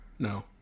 No